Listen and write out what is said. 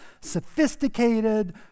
sophisticated